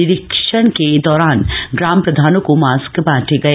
निरीक्षण के दौरान ग्राम प्रधानों को मास्क भी बांटे गए